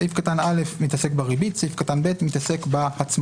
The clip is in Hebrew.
סעיף קטן (א) מתעסק בריבית; סעיף קטן (ב) מתעסק בהצמדה.